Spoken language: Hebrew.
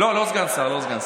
לא, לא סגן שר.